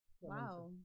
Wow